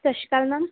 ਸਤਿ ਸ਼੍ਰੀ ਅਕਾਲ ਮੈਮ